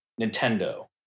Nintendo